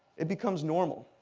it becomes normal.